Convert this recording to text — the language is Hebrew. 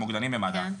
המוקדנים במד"א,